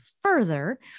further